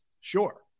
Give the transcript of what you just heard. Sure